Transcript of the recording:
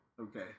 Okay